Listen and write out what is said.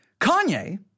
Kanye